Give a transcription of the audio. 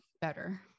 better